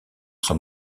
sont